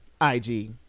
IG